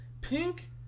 pink